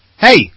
Hey